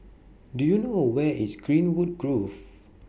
Do YOU know Where IS Greenwood Grove